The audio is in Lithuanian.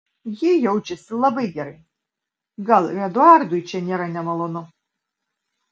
ji jaučiasi labai gerai gal ir eduardui čia nėra nemalonu